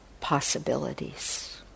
possibilities